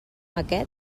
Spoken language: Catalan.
aquest